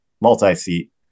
multi-seat